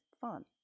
fun